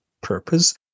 purpose